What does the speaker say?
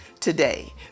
Today